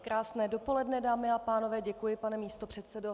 Krásné dopoledne dámy a pánové, děkuji pane místopředsedo.